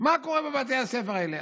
מה קורה בבתי הספר האלה.